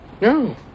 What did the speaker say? No